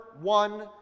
one